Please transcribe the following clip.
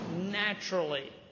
naturally